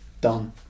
Done